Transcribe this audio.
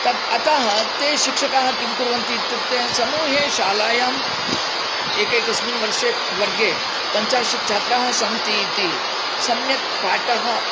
तत् अतः ते शिक्षकाः किं कुर्वन्ति इत्युक्ते समूहे शालायां एकैकस्मिन् वर्षे वर्गे पञ्चाशत् छात्राः सन्ति इति सम्यक् पाठः